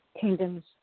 kingdoms